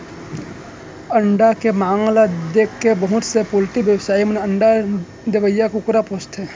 अंडा के मांग ल देखके बहुत से पोल्टी बेवसायी मन अंडा देवइया कुकरी पोसथें